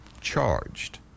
charged